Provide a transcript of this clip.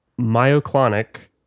myoclonic